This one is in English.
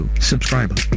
subscribe